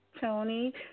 Tony